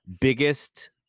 biggest